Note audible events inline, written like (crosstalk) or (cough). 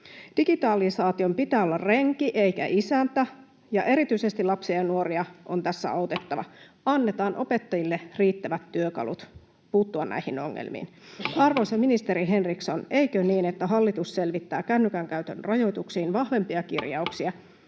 Digitalisaation pitää olla renki eikä isäntä, ja erityisesti lapsia ja nuoria on tässä autettava. (noise) Annetaan opettajille riittävät työkalut puuttua näihin ongelmiin. (noise) Arvoisa ministeri Henriksson, eikö niin, että hallitus selvittää kännykän käytön rajoituksiin vahvempia kirjauksia,